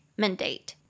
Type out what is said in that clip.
mandate 。